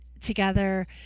together